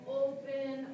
open